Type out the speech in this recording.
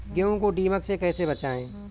गेहूँ को दीमक से कैसे बचाएँ?